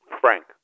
Frank